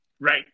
Right